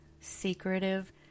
secretive